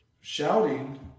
shouting